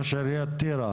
בבקשה.